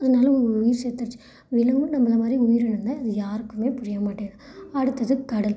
அதனால உயிர் செத்துடுச்சு விலங்கும் நம்மளை மாதிரி உயிரினம் தான் அது யாருக்குமே புரிய மாட்டேங்குது அடுத்தது கடல்